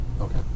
Okay